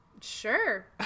Sure